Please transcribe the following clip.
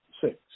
six